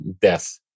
death